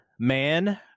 Man